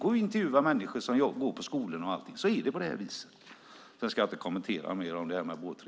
Gå och intervjua människor som går på skolorna så får du se att det är på det viset. Jag ska inte kommentera båtregistret mer.